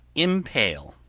impale,